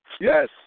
Yes